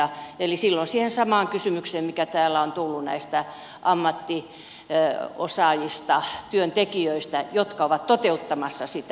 silloin tullaan siihen samaan kysymykseen mikä täällä on tullut näistä ammattiosaajista työntekijöistä jotka ovat toteuttamassa sitä